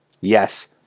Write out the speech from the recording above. Yes